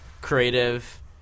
creative